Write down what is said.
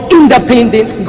independence